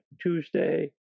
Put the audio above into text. Tuesday